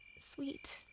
Sweet